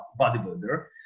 bodybuilder